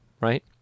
right